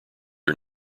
are